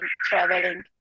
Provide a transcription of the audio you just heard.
traveling